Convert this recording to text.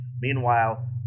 Meanwhile